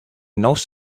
knows